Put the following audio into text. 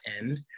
end